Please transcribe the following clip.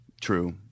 true